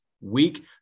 week